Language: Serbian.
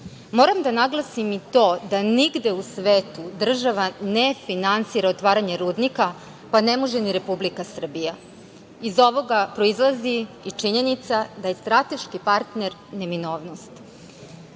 Moram da naglasim i to da nigde u svetu država ne finansira otvaranje rudnika, pa ne može ni Republika Srbija. Iz ovog proizilazi i činjenica da je strateški partner neminovnost.